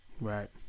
Right